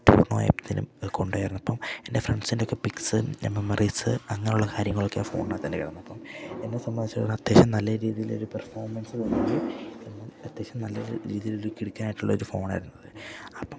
ടൂർന് പോയപ്പത്തെനും കൊണ്ടായിരുന്നപ്പം എൻ്റെ ഫ്രണ്ട്സിൻ്റെക്കെ പിക്സ് മെമ്മറീസ് അങ്ങനെയുള്ള കാര്യങ്ങളൊക്കെ ആ ഫോണിനാത്തന്നെ കെടന്നു അപ്പം എന്നെ സംബന്ധിച്ചടത്തോളം അത്യാവശ്യം നല്ല രീതിയിലൊരു പെർഫോമൻസ് തന്നി അത്യാവശ്യം നല്ല രീതിയിലൊരു കിടുക്കനായിട്ടുള്ളൊരു ഫോണായിരുന്നു അത് അപ്പം